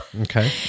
Okay